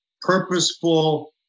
purposeful